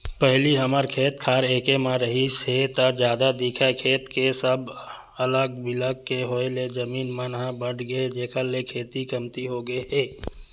पहिली हमर खेत खार एके म रिहिस हे ता जादा दिखय खेत के अब अलग बिलग के होय ले जमीन मन ह बटगे हे जेखर ले खेती कमती होगे हे